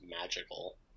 magical